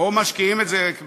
או משקיעים את זה בשידור.